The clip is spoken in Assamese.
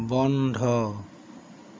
বন্ধ